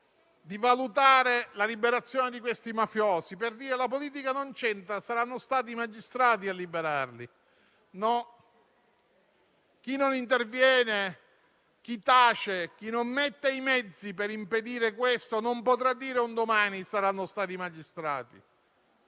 di valutare la liberazione di tali mafiosi, per dire che la politica non c'entra e che saranno stati i magistrati a liberarli. No: chi non interviene, chi tace e chi non mette i mezzi per impedire questo non potrà dire un domani «saranno stati i magistrati».